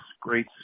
great